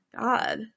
God